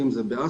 אם זה באסיה,